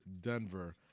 Denver